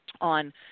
on